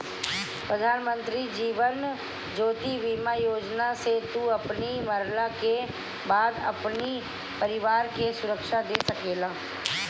प्रधानमंत्री जीवन ज्योति बीमा योजना से तू अपनी मरला के बाद अपनी परिवार के सुरक्षा दे सकेला